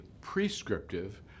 prescriptive